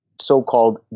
so-called